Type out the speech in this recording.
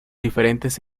diferentes